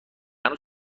هنوز